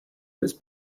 was